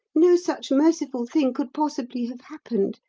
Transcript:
no such merciful thing could possibly have happened.